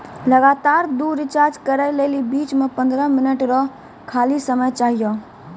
लगातार दु रिचार्ज करै लेली बीच मे पंद्रह मिनट रो खाली समय चाहियो